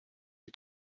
les